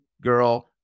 girl